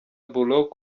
bullock